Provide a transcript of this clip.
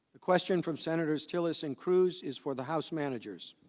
a question from senators jealous and cruises for the house managers